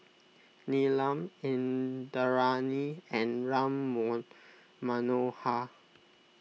Neelam Indranee and Ram Manohar